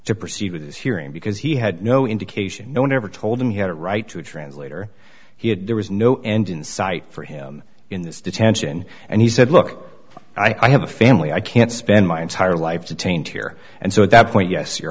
to proceed with this hearing because he had no indication no one ever told him he had a right to a translator he had there was no end in sight for him in this detention and he said look i have a family i can't spend my entire life to taint here and so at that point yes you